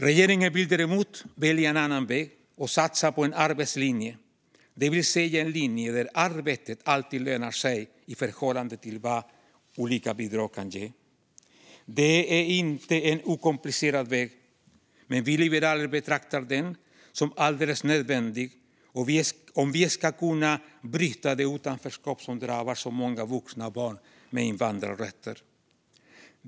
Regeringen vill välja en annan väg och satsa på en arbetslinje, det vill säga en linje där arbetet alltid lönar sig i förhållande till vad olika bidrag kan ge. Det är inte en okomplicerad väg, men vi liberaler betraktar den som alldeles nödvändig om vi ska kunna bryta det utanförskap som drabbar så många vuxna och barn med invandrarrötter.